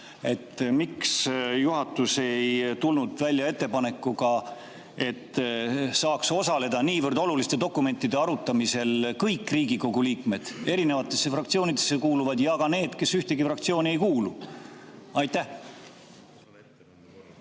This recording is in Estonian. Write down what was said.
Miks juhatus ei tulnud välja ettepanekuga, et niivõrd oluliste dokumentide arutamisel saaksid osaleda kõik Riigikogu liikmed, erinevatesse fraktsioonidesse kuuluvad ja ka need, kes ühtegi fraktsiooni ei kuulu? Aitäh!